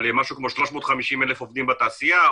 על משהו כמו 350,000 עובדים בתעשייה,